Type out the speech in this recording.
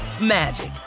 magic